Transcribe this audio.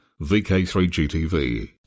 VK3GTV